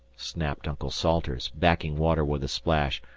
snapped uncle salters, backing water with a splash.